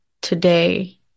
today